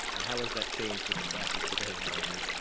and how has that changed with the classes today, marilee?